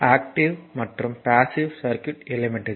active மற்றும் passive circuit எலிமெண்ட்கள்